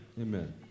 Amen